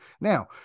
Now